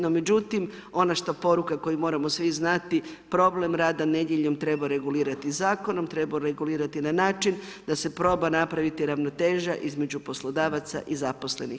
No, međutim, ono što poruka, koju moramo svi znati, problem rada nedjeljom trebamo regulirati zakonom, treba regulirati na način, da se proba napraviti ravnoteža između poslodavaca i zaposlenih.